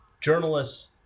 journalists